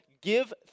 Give